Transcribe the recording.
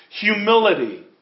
humility